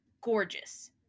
Gorgeous